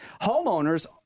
Homeowners